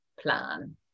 plan